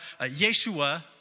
Yeshua